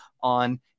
on